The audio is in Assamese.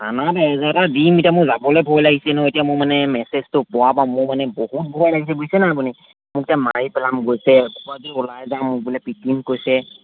থানাত এজেহাৰ দিম এতিয়া মোৰ যাবলৈ ভয় লাগিছে নহয় এতিয়া মোৰ মানে মেছেজটো পোৱাৰপৰা মোৰ মানে বহুত ভয় লাগিছে বুজিছেনে নাই আপুনি মোক এতিয়া মাৰি পেলাম কৈছে ক'ৰবাত যদি ওলাই যাম মোক বোলে পিতিম কৈছে